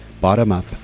Bottom-Up